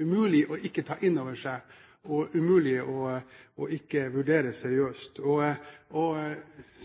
umulig å ikke ta inn over seg og umulig å ikke vurdere seriøst. Og